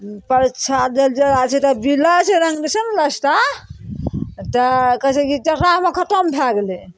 परीक्षा दै लै जाइ छै तऽ बिलै जे छै नऽ लाईंघ दै छै नऽ लास्ता तऽ कहै छै कि जतरा खतम भए गेलय